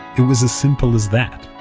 it was as simple as that.